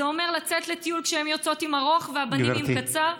זה אומר לצאת לטיול כשהן יוצאות עם ארוך והבנים עם קצר,